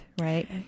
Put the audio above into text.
right